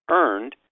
earned